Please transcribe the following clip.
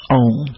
own